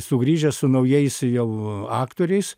sugrįžęs su naujais jau aktoriais